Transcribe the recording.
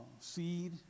seed